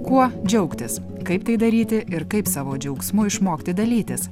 kuo džiaugtis kaip tai daryti ir kaip savo džiaugsmu išmokti dalytis